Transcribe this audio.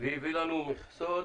והביא לנו מכסות